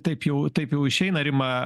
taip jau taip jau išeina rima